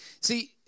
See